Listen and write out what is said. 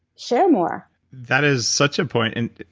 share more that is such a point. and